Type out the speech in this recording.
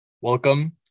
welcome